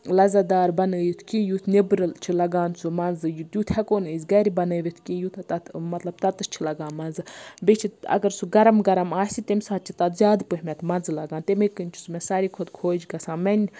لَذَت دار بَنٲیِتھ کیٚنٛہہ یُتھ نیٚبرٕ چھُ لَگان سُہ مَزٕ تیُتھ ہیٚکو نہٕ أسۍ گَرٕ بَنٲوِتھ کیٚنٛہہ یُتھ تَتھ مَطلَب تَتس چھُ لَگان مَزٕ بیٚیہِ چھِ اَگَر سُہ گرم گرم آسہِ تمہِ ساتہٕ چھِ تَتھ زیادٕ پَہم مَزٕ لَگان تَمے کِنۍ چھُ مےٚ سُہ سارِوٕے کھۄتہٕ خۄش گَژھان میٛانہِ